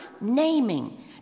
naming